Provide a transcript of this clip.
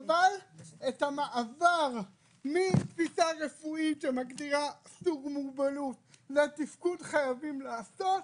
אבל את המעבר מתפיסה רפואית שמגדירה סוג מוגבלות לתפקוד חייבים לעשות,